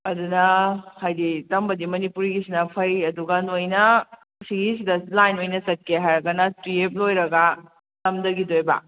ꯑꯗꯨꯅ ꯍꯥꯏꯗꯤ ꯇꯝꯕꯗꯤ ꯃꯅꯤꯄꯨꯔꯤꯒꯤꯁꯤꯅ ꯐꯩ ꯑꯗꯨꯒ ꯅꯣꯏꯅ ꯁꯤꯒꯤꯁꯤꯗ ꯂꯥꯏꯟ ꯑꯣꯏꯅ ꯆꯠꯀꯦ ꯍꯥꯏꯔꯒꯅ ꯇꯨꯌꯦꯜꯐ ꯂꯣꯏꯔꯒ ꯇꯝꯊꯈꯤꯗꯣꯏꯕ